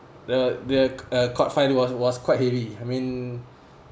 the the uh court fine was was quite heavy I mean